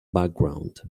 background